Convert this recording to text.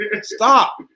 Stop